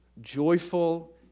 joyful